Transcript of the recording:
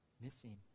Missing